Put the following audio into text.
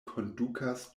kondukas